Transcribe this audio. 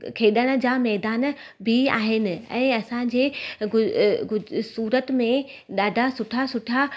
खेॾण जा मैदान बि आहिनि ऐं असांजे गु अ गु सूरत में ॾाढा सुठा सुठा